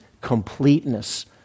completeness